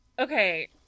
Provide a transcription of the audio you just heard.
Okay